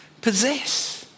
Possess